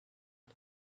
but